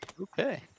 okay